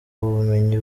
ubumenyi